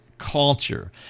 culture